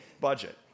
budget